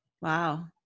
Wow